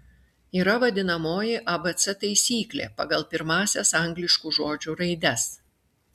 yra vadinamoji abc taisyklė pagal pirmąsias angliškų žodžių raides